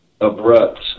abrupt